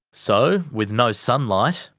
so with no sunlight,